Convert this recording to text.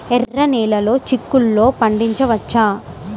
ఎర్ర నెలలో చిక్కుల్లో పండించవచ్చా?